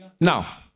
Now